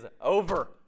over